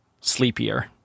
sleepier